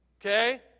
Okay